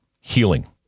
healing